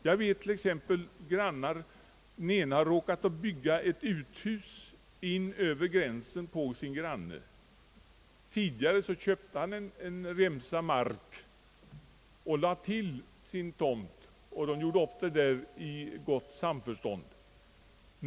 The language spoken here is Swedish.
Jag kan som exempel nämna det fallet att någon bar råkat bygga ett uthus in över gränsen till grannens tomt. Tidigare gjorde de upp en sådan sak i gott samförstånd genom att den som byggt uthuset köpte till en remsa mark till sin egen tomt.